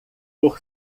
por